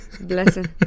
Blessing